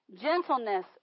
gentleness